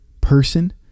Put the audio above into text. person